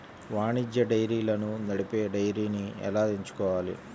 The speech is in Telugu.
వాణిజ్య డైరీలను నడిపే డైరీని ఎలా ఎంచుకోవాలి?